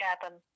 happen